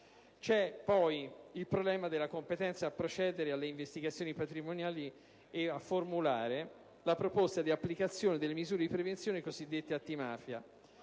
C'è poi il problema della competenza a procedere alle investigazioni patrimoniali e a formulare la proposta di applicazione delle misure di prevenzione cosiddette antimafia.